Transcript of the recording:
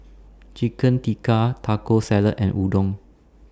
Chicken Tikka Taco Salad and Udon